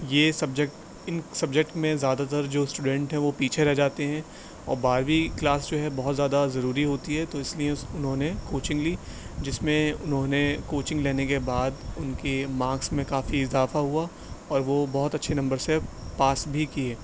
یہ سبجیکٹ ان سبجیکٹ میں زیادہ تر جو اسٹوڈینٹ ہیں وہ پیچھے رہ جاتے ہیں اور بارہویں کلاس جو ہے بہت زیادہ ضروری ہوتی ہے تو اس لیے اس انہوں نے کوچنگ لی جس میں انہوں نے کوچنگ لینے کے بعد ان کے مارکس میں کافی اضافہ ہوا اور وہ بہت اچھے نمبر سے پاس بھی کیے